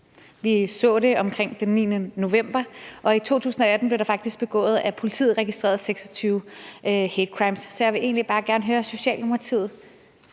Vi så det omkring den 9. november, og i 2018 blev der faktisk begået 26 hate crimes – registreret af politiet. Så jeg vil egentlig bare gerne høre, hvordan vi